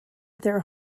their